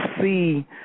see